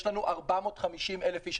יש לנו 450,000 איש.